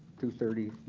two thirty,